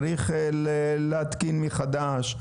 צריך להתקין מחדש,